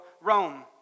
Rome